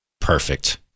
Perfect